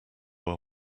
are